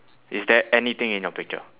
is there anything in your picture